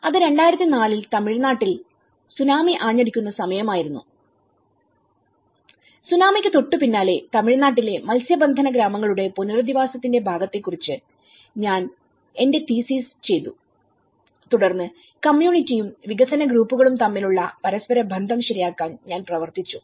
അത് 2004 ൽ തമിഴ്നാട്ടിൽ സുനാമി ആഞ്ഞടിക്കുന്ന സമയമായിരുന്നു സുനാമിക്ക് തൊട്ടുപിന്നാലെ തമിഴ്നാട്ടിലെ മത്സ്യബന്ധന ഗ്രാമങ്ങളുടെ പുനരധിവാസത്തിന്റെ ഭാഗത്തെക്കുറിച്ച് ഞാൻ എന്റെ തീസിസ് ചെയ്തു തുടർന്ന് കമ്മ്യൂണിറ്റിയും വികസനഗ്രൂപ്പുകളും തമ്മിലുള്ള പരസ്പരബന്ധം ശരിയാക്കാൻ ഞാൻ പ്രവർത്തിച്ചു